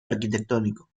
arquitectónico